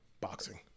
Boxing